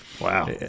Wow